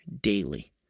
daily